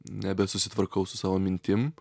nebesusitvarkau su savo mintim